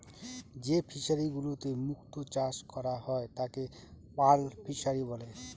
যে ফিশারিগুলোতে মুক্ত চাষ করা হয় তাকে পার্ল ফিসারী বলে